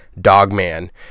Dogman